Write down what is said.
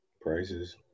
prices